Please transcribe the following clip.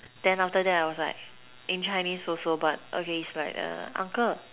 then after that I was like in Chinese also but okay it's like uncle